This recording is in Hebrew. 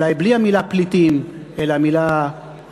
אולי בלי המילה "פליטים" אלא מילה אחרת,